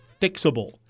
fixable